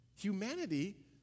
Humanity